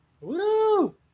Woo